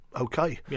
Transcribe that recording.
okay